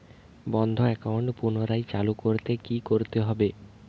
বন্ধ একাউন্ট পুনরায় চালু করতে কি করতে হবে?